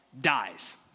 dies